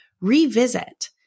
revisit